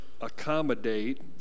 accommodate